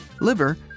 liver